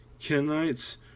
Kenites